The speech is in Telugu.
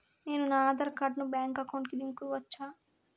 నేను నా ఆధార్ కార్డును బ్యాంకు అకౌంట్ కి లింకు ఇవ్వొచ్చా?